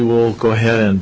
will go ahead